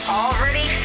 already